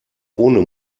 ohne